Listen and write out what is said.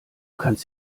kannst